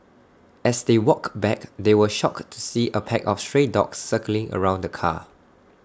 as they walked back they were shocked to see A pack of stray dogs circling around the car